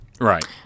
Right